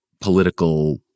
political